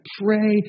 pray